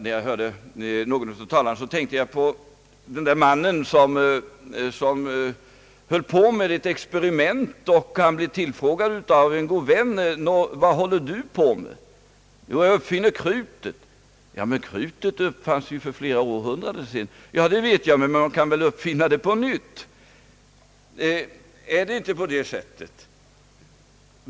När jag lyssnade till någon av talarna, tänkte jag på den där mannen som höll på med ett experiment och blev tillfrågad av en god vän vad han höll på med. — Jag uppfinner krutet, svarade han. — Men krutet uppfanns ju för flera århundraden sedan! — Ja, det vet jag, men man kan väl uppfinna det på nytt! Är det inte på det sättet nu?